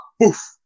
poof